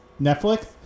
Netflix